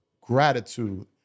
gratitude